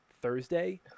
Thursday